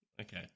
Okay